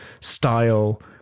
style